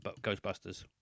Ghostbusters